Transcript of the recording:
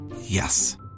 Yes